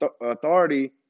authority